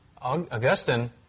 Augustine